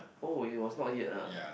oh it was not yet ah